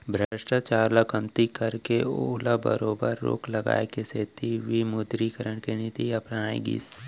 भस्टाचार ल कमती करके ओमा बरोबर रोक लगाए के सेती विमुदरीकरन के नीति अपनाए गिस